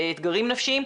באתגרים נפשיים,